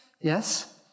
Yes